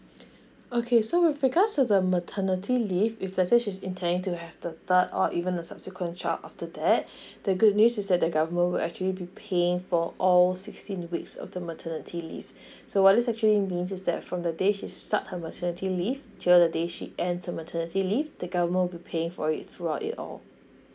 okay so with regards to the maternity leave if let's say she's intending to have the third or even a subsequent child after that the good news is that the government will actually be paying for all sixteen weeks of the maternity leave so what is actually means is that from the day she start her maternity leave till the day she end her maternity leave the government will be paying for it throughout it all